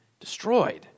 destroyed